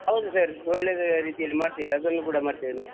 ಹೌದು ಸರ್ ಒಳ್ಳೆ ರೀತಿಯಲ್ಲಿ ಮಾಡ್ತೀವಿ ಅದನ್ನು ಕೂಡ ಮಾಡ್ತೇವೆ ನಾವು